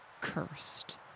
cursed